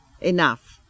Enough